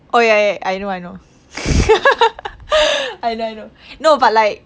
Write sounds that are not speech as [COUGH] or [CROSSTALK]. oh ya ya I know I know [LAUGHS] I know I know no but like